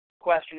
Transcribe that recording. question